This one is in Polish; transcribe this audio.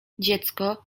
dziecko